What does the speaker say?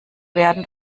werden